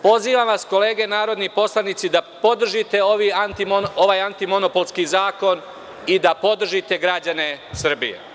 Pozivam vas kolege narodni poslanici da podržite ovaj antimonopolski zakon i da podržite građane Srbije.